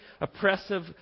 oppressive